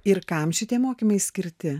ir kam šitie mokymai skirti